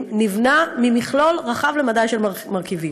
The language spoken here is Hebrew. נבנה ממכלול רחב למדי של מרכיבים,